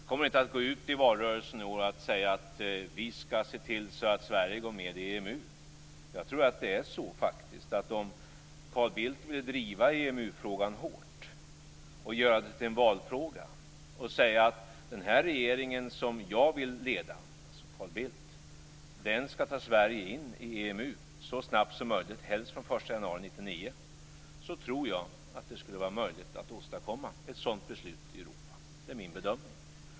Jag kommer inte att gå ut i valrörelsen och säga att vi skall se till att Sverige går med i EMU. Om Carl Bildt vill driva EMU-frågan hårt och göra den till en valfråga, och säga att Carl Bildts regering skall föra Sverige in i EMU så snart som möjligt, helst den 1 januari 1999, tror jag att det skulle vara möjligt att åstadkomma ett sådant beslut i Europa. Det är min bedömning.